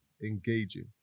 engaging